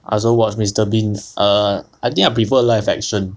I also watch mister bean err I think I prefer live action